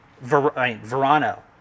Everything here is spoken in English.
Verano